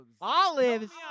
Olives